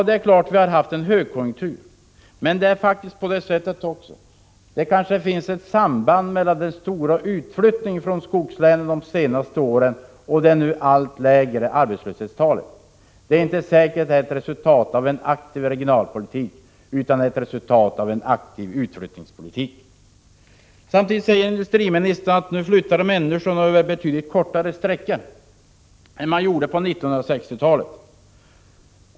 Det är klart att det har varit högkonjunktur, men det är kanske också så, att det finns ett samband mellan den omfattande utflyttningen från skogslänen de senaste åren och de nu allt lägre arbetslöshetstalen. Det är inte säkert att de är ett resultat av en aktiv regionalpolitik utan av en aktiv utflyttningspolitik. Samtidigt säger industriministern att människorna nu flyttar betydligt kortare sträckor än de gjorde på 1960-talet.